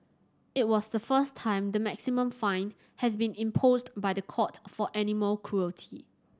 it was the first time the maximum fine has been imposed by the court for animal cruelty